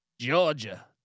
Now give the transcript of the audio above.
Georgia